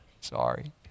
Sorry